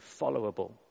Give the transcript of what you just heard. followable